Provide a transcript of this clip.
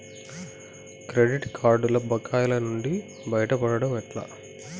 Credit కార్డుల బకాయిల నుండి బయటపడటం ఎట్లా?